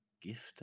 gift